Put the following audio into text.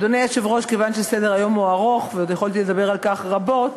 אדוני היושב-ראש, יכולתי לדבר על כך עוד רבות,